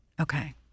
Okay